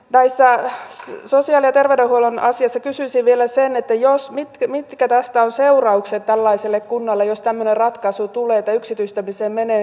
näistä sosiaali ja terveydenhuollon asioista kysyisin vielä sen mitkä tästä ovat seuraukset tällaiselle kunnalle jos tämmöinen ratkaisu tulee että se yksityistämiseen menee